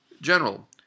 General